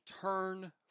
turn